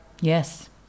Yes